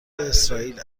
اسرائیل